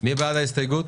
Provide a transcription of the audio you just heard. מי בעד ההסתייגות?